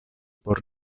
por